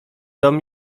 dom